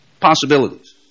possibilities